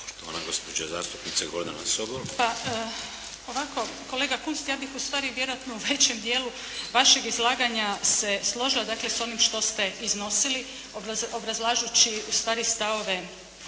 Gordana Sobol. **Sobol, Gordana (SDP)** Pa ovako kolega Kunst. Ja bi ustvari vjerojatno u većoj dijelu vašeg izlaganja se složila dakle s onim što ste iznosili obrazlažući ustvari stavove